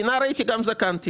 כי נער הייתי וגם זקנתי.